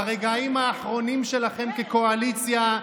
ברגעים האחרונים שלכם כקואליציה,